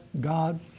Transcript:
God